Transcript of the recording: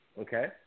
Okay